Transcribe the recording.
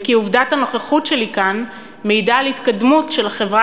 וכי עובדת הנוכחות שלי כאן מעידה על התקדמות של החברה